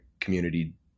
community